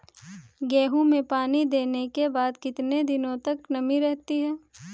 गेहूँ में पानी देने के बाद कितने दिनो तक नमी रहती है?